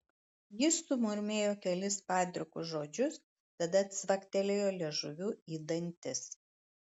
jis sumurmėjo kelis padrikus žodžius tada cvaktelėjo liežuviu į dantis